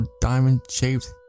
diamond-shaped